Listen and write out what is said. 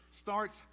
starts